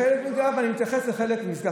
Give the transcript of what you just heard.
בחבל משגב, אני מתייחס לחבל משגב.